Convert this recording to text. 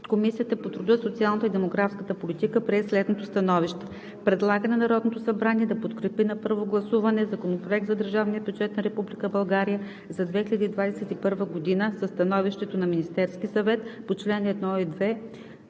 Комисията по труда, социалната и демографската политика прие следното становище: Предлага на Народното събрание да подкрепи на първо гласуване Законопроект за държавния бюджет на Република България за 2021 г., със Становището на Министерския съвет по чл. 1 и чл.